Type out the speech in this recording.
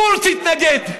קורץ התנגד.